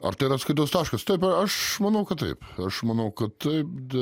ar tai yra atskaitos taškas taip aš manau kad taip aš manau kad taip